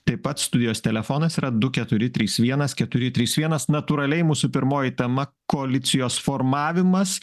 taip pat studijos telefonas yra du keturi trys vienas keturi trys vienas natūraliai mūsų pirmoji tema koalicijos formavimas